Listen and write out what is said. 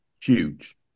Huge